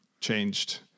changed